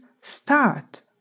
start